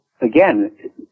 again